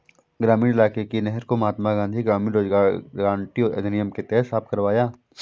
ग्रामीण इलाके की नहर को महात्मा गांधी ग्रामीण रोजगार गारंटी अधिनियम के तहत साफ करवाया